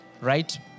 right